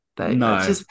No